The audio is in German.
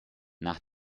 nach